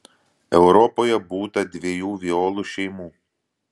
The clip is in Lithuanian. europoje būta dviejų violų šeimų